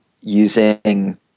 using